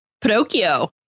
Pinocchio